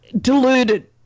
deluded